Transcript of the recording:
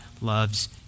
loves